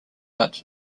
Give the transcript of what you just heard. out